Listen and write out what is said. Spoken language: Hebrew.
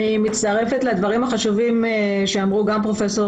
אני מצטרפת לדברים החשובים שאמרו גם פרופ'